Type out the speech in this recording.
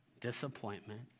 disappointment